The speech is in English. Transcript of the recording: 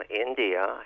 India